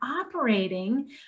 operating